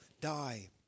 die